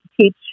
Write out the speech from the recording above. teach